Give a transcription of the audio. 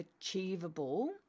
achievable